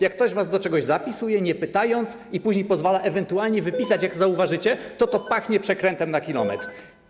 Jak ktoś was do czegoś zapisuje, nie pytając, a później pozwala ewentualnie się wypisać, zauważycie, to pachnie przekrętem na kilometr.